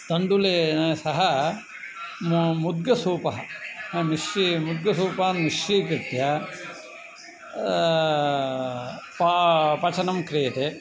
तण्डुलेन सह मु मुद्गसूपः मिश्रणं मुद्गसूपान् मिश्रीकृत्य पा पचनं क्रियते